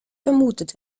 vermutet